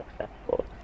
successful